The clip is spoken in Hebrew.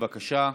בזמן האחרון